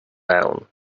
down